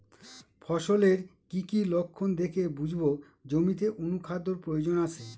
ফসলের কি কি লক্ষণ দেখে বুঝব জমিতে অনুখাদ্যের প্রয়োজন আছে?